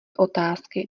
otázky